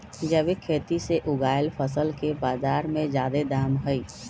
जैविक खेती से उगायल फसल के बाजार में जादे दाम हई